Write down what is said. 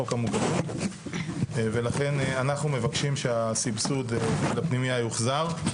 חוק המוגנות ולכן אנחנו מבקשים שהסבסוד של הפנימייה יוחזר,